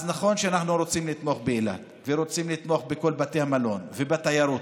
אז נכון שאנחנו רוצים לתמוך באילת ורוצים לתמוך בכל בתי המלון ובתיירות,